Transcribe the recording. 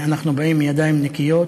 אנחנו באים בידיים נקיות,